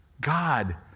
God